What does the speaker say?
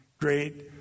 great